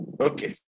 okay